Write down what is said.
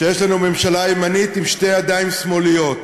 שיש לנו ממשלה ימנית עם שתי ידיים שמאליות.